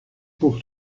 pour